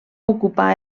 ocupar